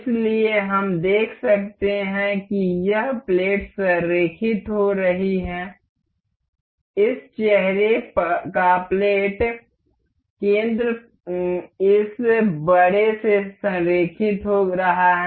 इसलिए हम देख सकते हैं कि यह प्लेट संरेखित हो रही है इस चेहरे का प्लेट केंद्र इस बड़े से संरेखित हो रहा है